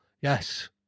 Yes